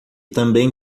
também